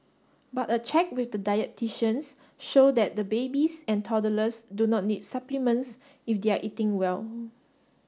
but a check with dietitians show that the babies and toddlers do not need supplements if they are eating well